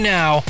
now